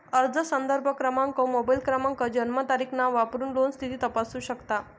अर्ज संदर्भ क्रमांक, मोबाईल क्रमांक, जन्मतारीख, नाव वापरून लोन स्थिती तपासू शकतो